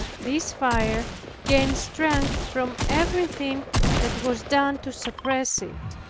this fire gained strength from everything that was done to suppress it.